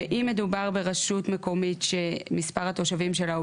ואם מדובר ברשות מקומית שמספר התושבים שלה הוא